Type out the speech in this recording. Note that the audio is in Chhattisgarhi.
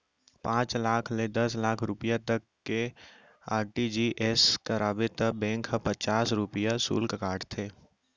पॉंच लाख ले दस लाख रूपिया तक के आर.टी.जी.एस कराबे त बेंक ह पचास रूपिया सुल्क काटथे